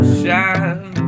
shine